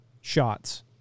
shots